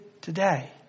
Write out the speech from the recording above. today